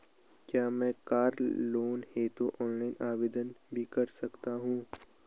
क्या मैं car loan हेतु ऑनलाइन आवेदन भी कर सकता हूँ?